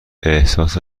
احساس